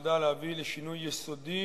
אשר נועדה להביא לשינוי יסודי